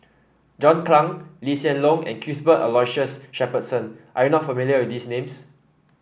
John Clang Lee Hsien Loong and Cuthbert Aloysius Shepherdson are you not familiar with these names